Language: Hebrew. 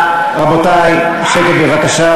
רבותי, שקט בבקשה.